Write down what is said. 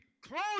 close